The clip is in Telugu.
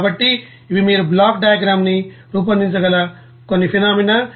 కాబట్టి ఇవి మీరు బ్లాక్ డయా గ్రామ్ న్ని రూపొందించగల కొన్ని ఫెనోమేనా